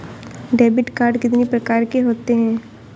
Debit card कितनी प्रकार के होते हैं?